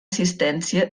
assistència